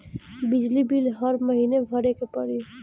बिजली बिल हर महीना भरे के पड़ी?